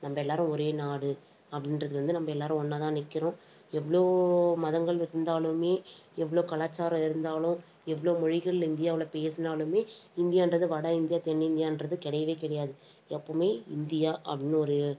நம்ம எல்லோரும் ஒரே நாடு அப்படின்றதுல வந்து நம்ம எல்லோரும் ஒன்றாதான் நிற்கிறோம் எவ்வளோ மதங்கள் இருந்தாலுமே எவ்வளோ கலாச்சாரம் இருந்தாலும் எவ்வளோ மொழிகள் இந்தியாவில் பேசினாலுமே இந்தியாங்றது வட இந்தியா தென்னிந்தியாங்றது கிடையவே கிடையாது எப்பவுமே இந்தியா அப்படின்னு ஒரு